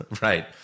Right